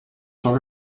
ciò